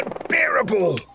unbearable